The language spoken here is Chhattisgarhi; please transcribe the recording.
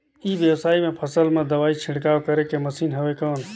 ई व्यवसाय म फसल मा दवाई छिड़काव करे के मशीन हवय कौन?